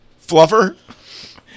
Fluffer